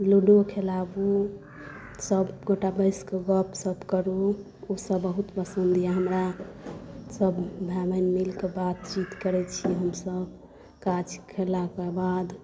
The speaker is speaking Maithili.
लूडो खेलाबू सबगोटा बैसिकऽ गपशप करू ओसब बहुत पसन्द अइ हमरा सब भाय बहिन मिलिकऽ बातचीत करै छी हमसब काज कएलाक बाद